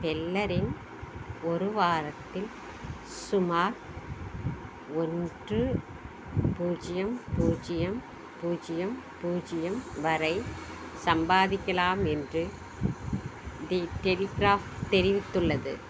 பெல்லரின் ஒரு வாரத்தில் சுமார் ஒரு நூற்று பூஜ்யம் பூஜ்யம் பூஜ்யம் பூஜ்யம் வரை சம்பாதிக்கலாம் என்று தி டெலிக்ராஃப் தெரிவித்துள்ளது